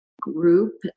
group